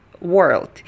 world